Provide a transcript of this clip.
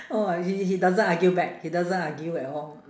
oh ah he he doesn't argue back he doesn't argue at all